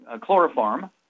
chloroform